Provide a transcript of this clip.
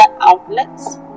outlets